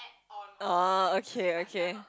orh okay okay